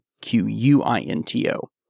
Q-U-I-N-T-O